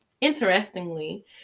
Interestingly